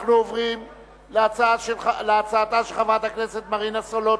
אנחנו עוברים להצעתה של חברת הכנסת מרינה סולודקין,